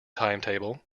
timetable